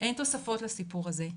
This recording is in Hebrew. אין תוספות לסיפור הזה,